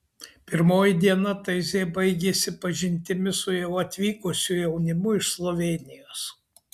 pirmoji diena taizė baigėsi pažintimi su jau atvykusiu jaunimu iš slovėnijos